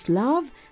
love